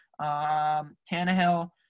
Tannehill